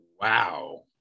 Wow